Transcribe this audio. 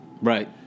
right